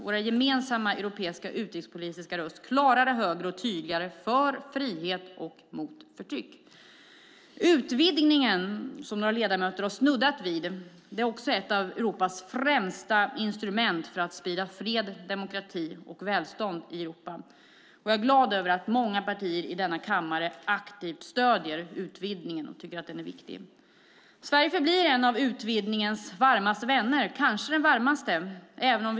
Vår gemensamma europeiska utrikespolitiska röst måste bli klarare, högre och tydligare för frihet och mot förtryck. Utvidgningen, som några ledamöter har snuddat vid, är ett av Europas främsta instrument för att sprida fred, demokrati och välstånd i Europa. Jag är glad över att många partier i denna kammare aktivt stöder utvidgningen och tycker att den är viktig. Sverige förblir en av utvidgningens varmaste vänner, kanske den varmaste.